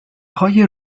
های